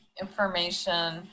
information